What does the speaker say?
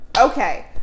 Okay